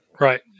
right